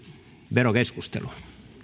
verokeskustelua